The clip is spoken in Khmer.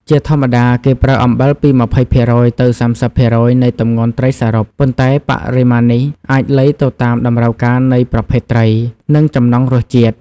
ជាធម្មតាគេប្រើអំបិលពី ២០% ទៅ ៣០% នៃទម្ងន់ត្រីសរុប ប៉ុន្តែបរិមាណនេះអាចលៃទៅតាមតម្រូវការនៃប្រភេទត្រី និងចំណង់រសជាតិ។